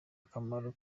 akamaro